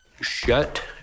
shut